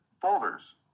folders